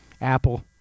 Apple